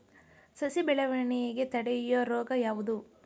ಸಸಿ ಬೆಳವಣಿಗೆ ತಡೆಯೋ ರೋಗ ಯಾವುದು?